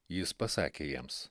jis pasakė jiems